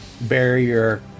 barrier